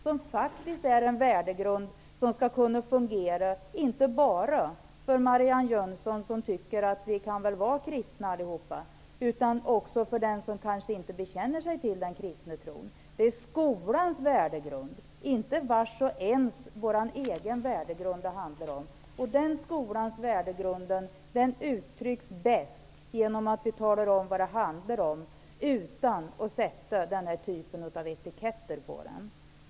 Det är faktiskt en värdegrund som skall kunna fungera, inte bara för Marianne Jönsson, som tycker att vi väl kan vara kristna allihop, utan också för den som inte bekänner sig till den kristna tron. Det handlar om skolans värdegrund, inte vars och ens värdegrund. Denna skolans värdegrund uttrycks bäst genom att man anger vad det handlar om utan att man sätter den här typen av etikett på den.